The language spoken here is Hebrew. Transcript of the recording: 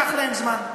לקח להם זמן.